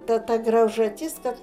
ta ta graužatis kad